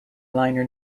liner